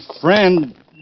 friend